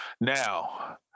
Now